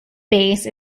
base